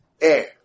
Air